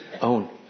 own